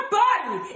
body